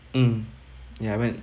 mm ya I went